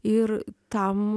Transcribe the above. ir tam